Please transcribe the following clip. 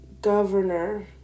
Governor